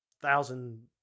thousand